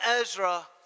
Ezra